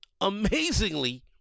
Amazingly